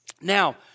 Now